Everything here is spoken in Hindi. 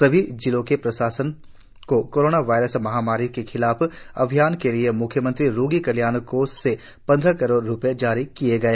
सभी जिलों के प्रशासन को कोरोना वायरस महामारी के खिलाफ अभियान के लिए मुख्यमंत्री रोगी कल्याण कोष से पंद्रह करोड़ रुपये जारी किए गए